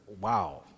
wow